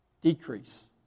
decrease